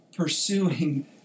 Pursuing